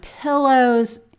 pillows